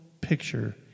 picture